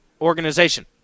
organization